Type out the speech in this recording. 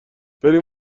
بریم